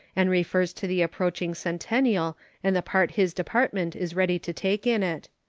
and refers to the approaching centennial and the part his department is ready to take in it.